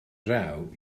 draw